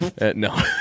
No